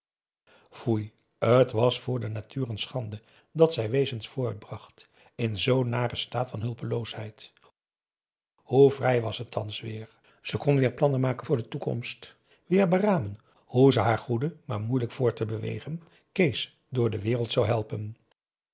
foei t was voor de natuur een schande dat zij wezens voortbracht in zoo'n naren staat van hulpeloosheid hoe vrij was ze thans weêr ze kon weer plannen maken voor de toekomst weêr beramen hoe ze haar goede maar moeilijk voort te bewegen kees door de wereld zou helpen